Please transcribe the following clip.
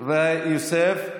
ויוסף.